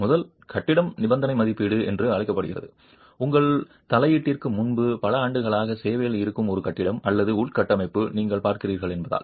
முதல் கட்டம் நிபந்தனை மதிப்பீடு என்று அழைக்கப்படுகிறது உங்கள் தலையீட்டிற்கு முன்பு பல ஆண்டுகளாக சேவையில் இருக்கும் ஒரு கட்டிடம் அல்லது உள்கட்டமைப்பை நீங்கள் பார்க்கிறீர்கள் என்பதால்